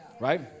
Right